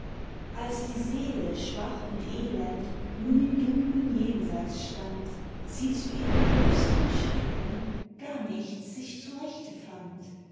als die seele schwach und elend nun im dunklen jenseits stand sie zu ihrem größten schrecken gar nicht sich zurechte fand